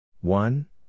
One